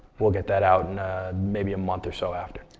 we'll get that out in maybe a month or so after.